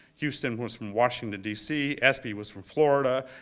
houston was from washington, d c. espy was from florida.